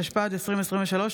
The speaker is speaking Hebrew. התשפ"ד 2023,